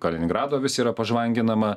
kaliningrado vis yra pažvanginama